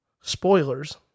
spoilers